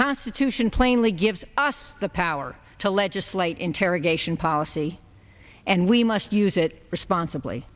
constitution plainly gives us the power to legislate interrogation policy and we must use it responsibly